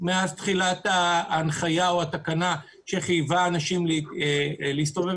מאז תחילת ההנחיה או התקנה שחייבה אנשים להסתובב